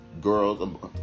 girls